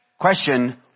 Question